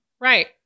Right